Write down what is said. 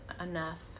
enough